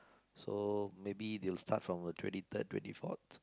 so maybe they will start from uh twenty third twenty fourth